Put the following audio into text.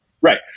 right